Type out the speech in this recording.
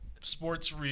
Sports